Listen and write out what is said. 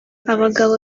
abagabo